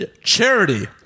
Charity